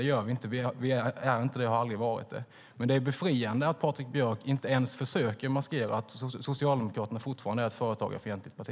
Vi är det inte och har aldrig varit det. Men det är befriande att Patrik Björck inte ens försöker maskera att Socialdemokraterna fortfarande är ett företagarfientligt parti.